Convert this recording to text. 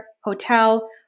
hotel